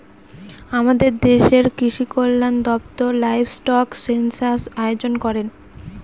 আমাদের দেশের কৃষিকল্যান দপ্তর লাইভস্টক সেনসাস আয়োজন করেন